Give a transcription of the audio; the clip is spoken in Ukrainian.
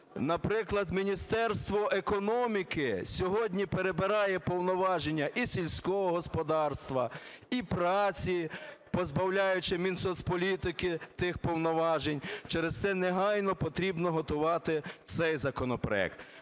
наприклад, Міністерство економіки сьогодні перебирає повноваження і сільського господарства, і праці, позбавляючи Мінсоцполітики тих повноважень, через це негайно потрібно готувати цей законопроект.